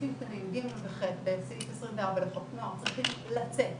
סעיפים קטנים (ג) ו-(ח) בסעיף 24 לחוק נוער צריכים לצאת